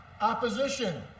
opposition